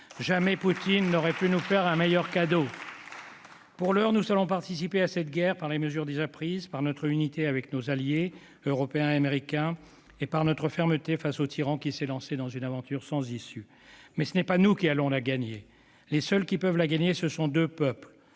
Jamais Poutine n'aurait pu nous faire un meilleur cadeau. Pour l'heure, nous allons participer à cette guerre au moyen des mesures déjà prises, de notre unité avec nos alliés européens et américains, et de notre fermeté face au tyran qui s'est lancé dans une aventure sans issue. Toutefois, ce n'est pas nous qui allons la gagner. Les seuls qui peuvent la gagner, ce sont deux peuples.